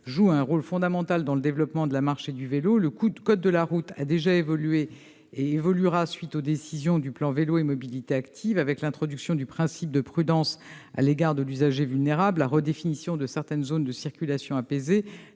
jouent un rôle fondamental dans le développement de la marche et du vélo. Le code de la route a déjà évolué, et il évoluera à la suite des décisions prises dans le cadre du plan Vélo et mobilités actives, avec l'introduction du principe de prudence à l'égard de l'usager vulnérable, la redéfinition de certaines zones de circulation apaisée,